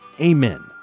Amen